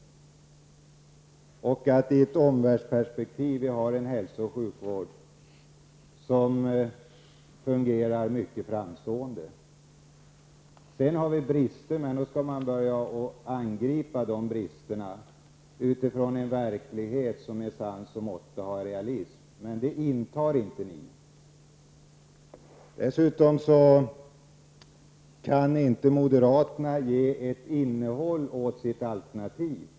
Vi har en hälso och sjukvård som i ett omvärldsperspektiv är mycket framgångsrik. Visst finns det brister, men dessa skall angripas med sans och måtta samt realism utifrån rådande verklighet. Men det gör inte ni moderater. Dessutom kan inte ni moderater ge ett innehåll åt ert alternativ.